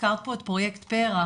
הזכרת פה את פרויקט פר"ח,